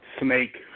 snake